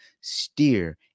steer